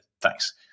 thanks